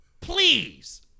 please